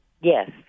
Yes